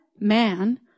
Man